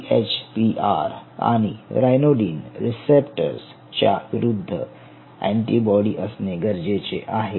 DHPR आणि ryanodine receptors च्या विरुद्ध अँटीबॉडी असणे गरजेचे आहे